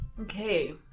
Okay